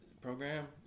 program